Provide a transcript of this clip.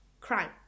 crime